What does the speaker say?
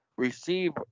receive